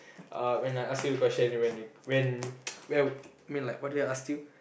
uh when I ask you the question when when I mean like what did I ask you